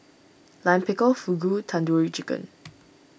Lime Pickle Fugu Tandoori Chicken